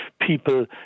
people